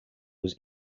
was